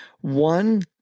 One